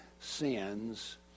sins